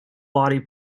body